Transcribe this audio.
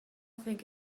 think